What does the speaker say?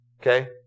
okay